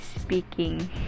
speaking